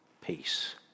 peace